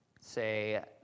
say